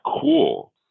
cool